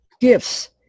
gifts